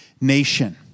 nation